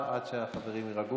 אבל כאן לא צריך להיות נביא.